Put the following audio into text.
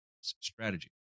strategy